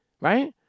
right